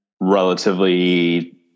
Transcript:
relatively